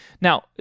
now